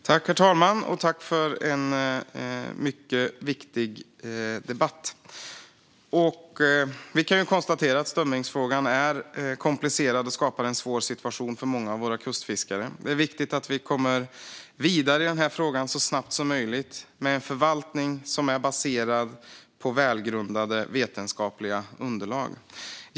Herr talman! Jag vill tacka ledamöterna för en mycket viktig debatt. Vi kan konstatera att strömmingsfrågan är komplicerad och skapar en svår situation för många av våra kustfiskare. Det är viktigt att vi kommer vidare i denna fråga så snabbt som möjligt, med en förvaltning som är baserad på välgrundade vetenskapliga underlag.